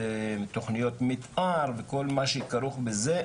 ותוכניות מתאר וכל מה שכרוך בזה,